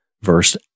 verse